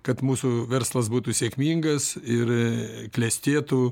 kad mūsų verslas būtų sėkmingas ir klestėtų